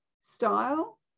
style